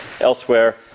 elsewhere